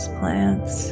plants